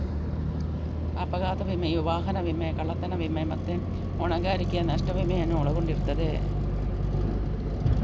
ಅಪಘಾತ ವಿಮೆಯು ವಾಹನ ವಿಮೆ, ಕಳ್ಳತನ ವಿಮೆ ಮತ್ತೆ ಹೊಣೆಗಾರಿಕೆಯ ನಷ್ಟ ವಿಮೆಯನ್ನು ಒಳಗೊಂಡಿರ್ತದೆ